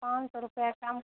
पाँच सौ रुपया कम